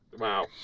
Wow